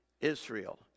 Israel